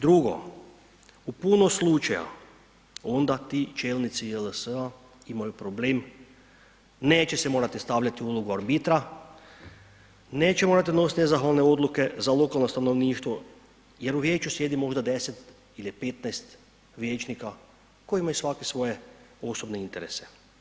Drugo, u puno slučaja onda ti čelnici JLS-a imaju problem, neće se morati stavljati u ulogu arbitra, neće morat donosit nezahvalne odluke za lokalno stanovništvu jer u vijeću sjedi možda 10 ili 15 vijećnika koji imaju svaki svoje osobne interese.